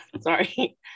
Sorry